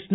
S